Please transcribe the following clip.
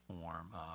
form